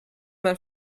man